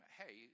hey